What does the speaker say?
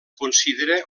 considera